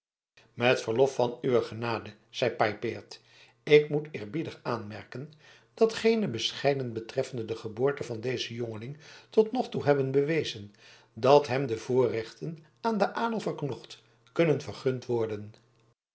met verlof van uwe genade zeide paypaert ik moet eerbiedig aanmerken dat geene bescheiden betreffende de geboorte van dezen jongeling tot nog toe hebben bewezen dat hem de voorrechten aan den adel verknocht kunnen vergund worden